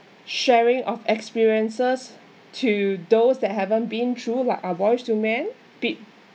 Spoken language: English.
sharing of experiences to those that haven't been through like ah boys to men peo~